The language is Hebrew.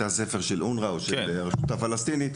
ספר של אונר"א או של הרשות הפלסטינית,